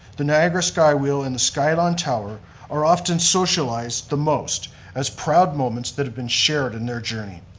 the niagara skywheel and the skyline tower are often socialized the most as proud moments that have been shared in their journey.